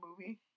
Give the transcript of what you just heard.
movie